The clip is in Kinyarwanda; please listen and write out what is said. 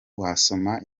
wasoma